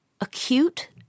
acute